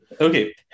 Okay